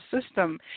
system